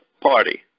Party